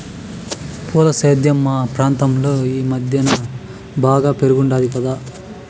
పూల సేద్యం మా ప్రాంతంలో ఈ మద్దెన బాగా పెరిగుండాది కదా